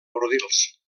bordils